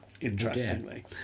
interestingly